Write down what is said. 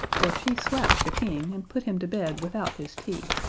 for she slapped the king and put him to bed without his tea,